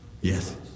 Yes